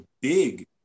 big